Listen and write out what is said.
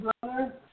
brother